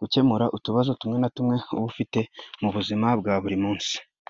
gukemura utubazo tumwe na tumwe uba ufite mu buzima bwa buri munsi.